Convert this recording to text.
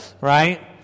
right